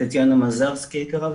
וגם את טטיאנה מזרסקי היקרה,